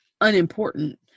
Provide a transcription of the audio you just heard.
unimportant